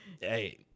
Hey